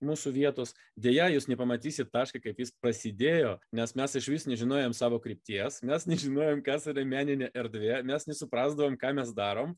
mūsų vietos deja jūs nepamatysit taško kaip jis prasidėjo nes mes išvis nežinojom savo krypties mes nežinojom kas yra meninė erdvė nes nesuprasdavom ką mes darom